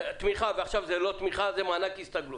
עכשיו זה לא תמיכה אלא מענק הסתגלות.